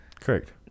Correct